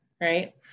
right